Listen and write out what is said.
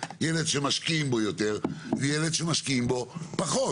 ילד שמשקיעים בו יותר וילד שמשקיעים בו פחות.